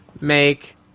make